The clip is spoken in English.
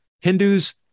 Hindus